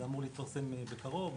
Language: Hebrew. זה אמור להתפרסם בקרוב,